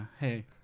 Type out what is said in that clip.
Hey